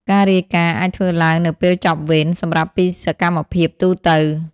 ការរាយការណ៍អាចធ្វើឡើងនៅពេលចប់វេន សម្រាប់ពីសកម្មភាពទូទៅ។